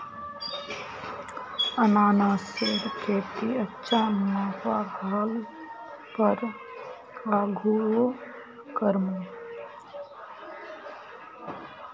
अनन्नासेर खेतीत अच्छा मुनाफा ह ल पर आघुओ करमु